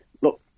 look